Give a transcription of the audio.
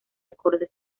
acordes